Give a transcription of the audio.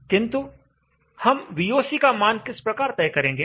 किंतु हम VOC का मान किस प्रकार तय करेंगे